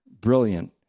brilliant